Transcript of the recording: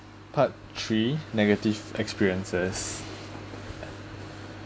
part three negative experiences